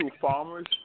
farmers